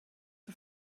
für